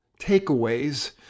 takeaways